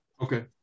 Okay